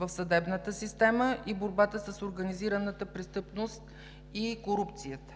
на съдебната система и борбата с организираната престъпност и корупцията.